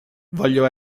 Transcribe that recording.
voglio